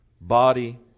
body